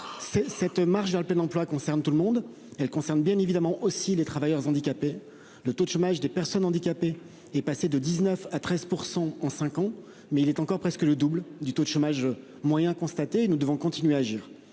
Cette marche vers le plein emploi concerne tout le monde. Elle concerne bien évidemment aussi les travailleurs handicapés : le taux de chômage de ces publics est passé de 19 % à 13 % en cinq ans, mais il représente encore presque le double du taux de chômage moyen constaté. Nous devons donc continuer à agir.